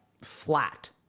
flat